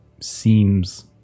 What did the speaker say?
seems